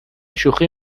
شوخی